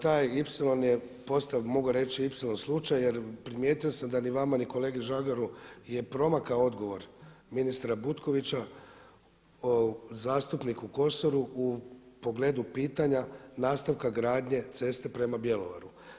Taj ipsilon je postao, mogu reći ipsilon slučaj jer primijetio sam da ni vama ni kolegi Žagaru je promakao odgovor ministra Butkovića zastupniku Kosoru u pogledu pitanja nastavka gradnje ceste prema Bjelovaru.